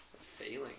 Failing